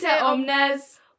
omnes